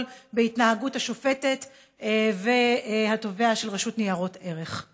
בהתנהגות השופטת והתובע של רשות ניירות ערך.